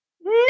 No